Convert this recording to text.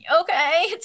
okay